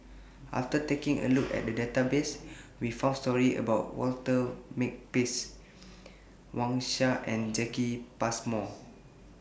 after taking A Look At The Database We found stories about Walter Makepeace Wang Sha and Jacki Passmore